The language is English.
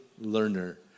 learner